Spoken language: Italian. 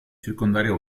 circondario